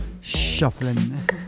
Shuffling